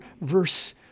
verse